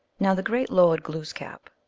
now the great lord glooskap,